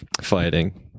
fighting